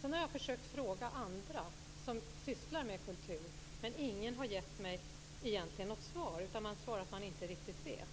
Sedan har jag försökt fråga andra som sysslar med kultur, men ingen har egentligen gett mig något svar, utan man har svarat att man inte riktigt vet.